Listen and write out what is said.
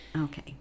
Okay